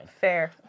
Fair